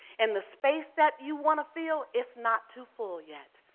and the space that you wanna feel, it's not too full yet.